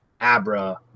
Abra